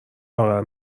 لاغر